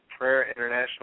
prayerinternational